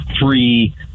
free